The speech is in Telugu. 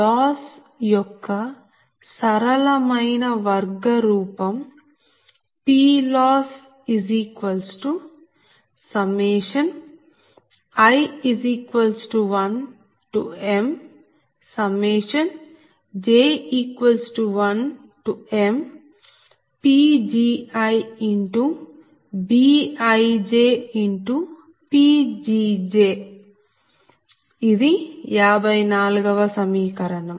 లాస్ యొక్క సరళమైన వర్గ రూపం PLoss i1mj1mPgi Bij Pg j ఇది 54 వ సమీకరణం